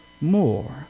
more